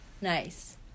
Nice